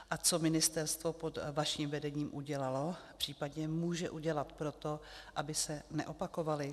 A co ministerstvo pod vaším vedením udělalo, případně může udělat pro to, aby se neopakovaly?